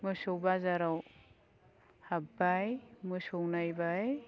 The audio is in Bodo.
मोसौ बाजाराव हाब्बाय मोसौ नायबाय